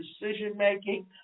decision-making